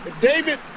David